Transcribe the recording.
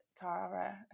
Tara